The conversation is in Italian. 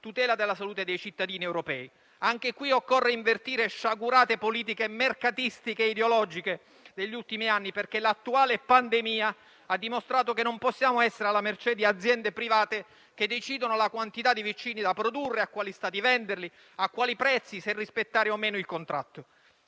tutela della salute dei cittadini europei. Anche qui occorre invertire sciagurate politiche mercatistiche e ideologiche degli ultimi anni, perché l'attuale pandemia ha dimostrato che non possiamo essere alla mercé di aziende private che decidono la quantità di vaccini da produrre, a quali Stati venderli, a quali prezzi, se rispettare o meno il contratto;